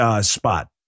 spot